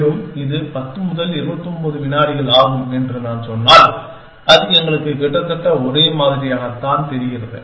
மேலும் இது 10 முதல் 29 வினாடிகள் ஆகும் என்று நான் சொன்னால் அது எங்களுக்கு கிட்டத்தட்ட ஒரே மாதிரியாகத்தான் தெரிகிறது